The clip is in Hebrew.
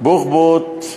בוחבוט,